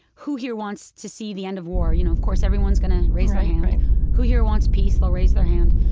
who here wants to see the end of war? you know, of course everyone's going to raise ah and who here wants peace? they'll raise their hand.